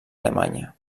alemanya